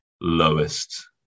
lowest